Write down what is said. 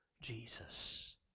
Jesus